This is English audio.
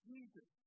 Jesus